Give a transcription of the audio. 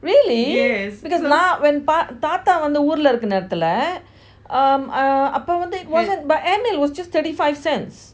really because when நான் தாத்தா வந்து ஊருல இருக்க நேரத்துல அப்போ வந்து:naan thatha vanthu uurula iruka nerathula apo vanthu it wasn't but airmail was just thirty five cent